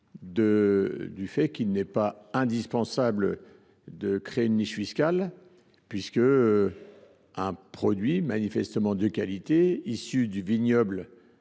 l’espèce, il n’est pas indispensable de créer une niche fiscale, puisqu’un produit, manifestement de qualité, issu du vignoble